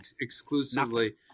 exclusively